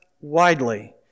widely